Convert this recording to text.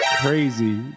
crazy